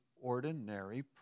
ordinary